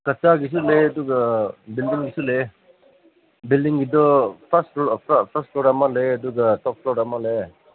ꯀꯠꯆꯥꯒꯤꯁꯨ ꯂꯩꯌꯦ ꯑꯗꯨꯒ ꯕꯤꯜꯗꯤꯡꯒꯤꯁꯨ ꯂꯩꯌꯦ ꯕꯤꯜꯗꯤꯡꯒꯤꯗꯣ ꯐꯥꯔꯁ ꯐ꯭ꯂꯣꯔꯗ ꯑꯃ ꯂꯩꯌꯦ ꯑꯗꯨꯒ ꯇꯣꯞ ꯐ꯭ꯂꯣꯔꯗ ꯑꯃ ꯂꯩꯌꯦ